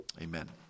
Amen